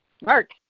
Mark